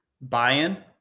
buy-in